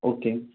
okay